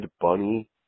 Bunny